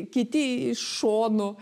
kiti iš šonų